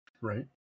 Right